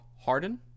Harden